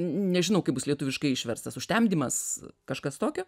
nežinau kaip bus lietuviškai išverstas užtemdymas kažkas tokio